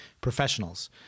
professionals